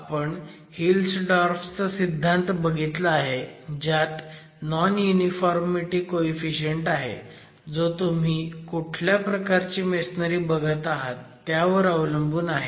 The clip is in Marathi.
आपण हिल्सडोर्फ चा सिद्धांत बघितला आहे ज्यात नॉन युनिफॉर्मिटी कोईफिशियंट आहे जो तुम्ही कुठल्या प्रकारची मेसनरी बघत आहात त्यावर अवलंबून आहे